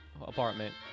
apartment